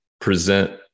present